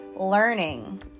learning